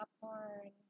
popcorn